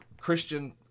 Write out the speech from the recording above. Christian